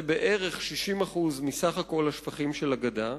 שזה בערך 60% מסך כל השפכים של הגדה.